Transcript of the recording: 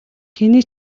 хэний